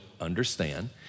understand